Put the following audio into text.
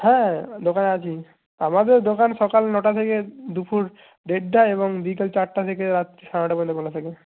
হ্যাঁ দোকানে আছি আমাদের দোকান সকাল নটা থেকে দুপুর দেড়টা এবং বিকাল চারটা থেকে রাত্রি সাড়ে নটা পর্যন্ত খোলা থাকে